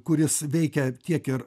kuris veikia tiek ir